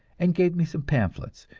and gave me some pamphlets,